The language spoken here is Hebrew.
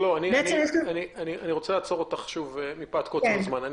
אני עוצר אותך שוב מפאת קוצר הזמן.